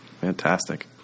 Fantastic